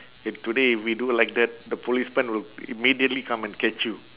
if today we do like that the policeman will immediately come and catch you